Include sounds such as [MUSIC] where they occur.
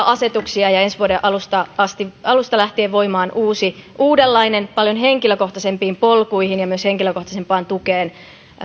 [UNINTELLIGIBLE] asetuksia ja ensi vuoden alusta lähtee voimaan uusi uudenlainen paljon henkilökohtaisempiin polkuihin ja myös henkilökohtaisempaan tukeen